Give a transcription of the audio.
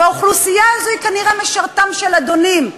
והאוכלוסייה הזו היא כנראה משרתם של אדונים,